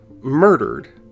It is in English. murdered